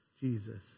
Jesus